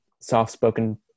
soft-spoken